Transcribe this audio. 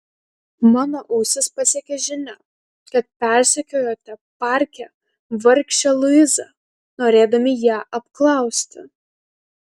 mano ausis pasiekė žinia kad persekiojote parke vargšę luizą norėdami ją apklausti